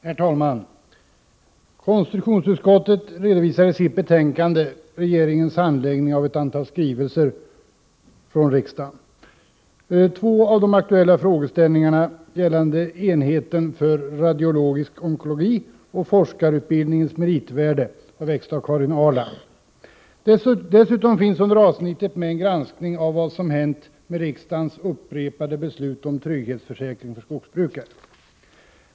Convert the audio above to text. Herr talman! Konstitutionsutskottet redovisar i sitt betänkande regeringens handläggning av ett antal skrivelser från riksdagen. Två av de aktuella frågeställningarna gällande enheten för radiologisk onkologi och forskarutbildningens meritvärde har väckts av Karin Ahrland. Dessutom finns under avsnittet en granskning av vad som hänt med riksdagens upprepade beslut om trygghetsförsäkring för skogsbrukare.